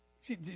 See